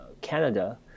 Canada